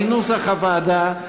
כנוסח הוועדה,